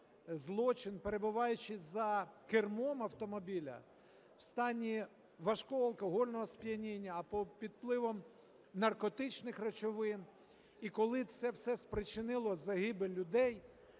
злочин, перебуваючи за кермом автомобіля в стані важкого алкогольного сп'яніння або під впливом наркотичних речовин і коли це все спричинило загибель людей,